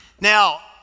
Now